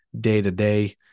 day-to-day